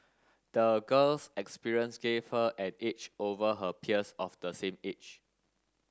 the girl's experience gave her an edge over her peers of the same age